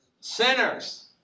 sinners